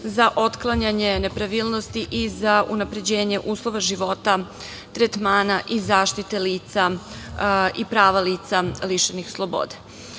za otklanjanje nepravilnosti i za unapređenje uslova života, tretmana i zaštite lica i prava lica lišenih slobode.